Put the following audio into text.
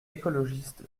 écologiste